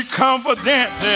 confident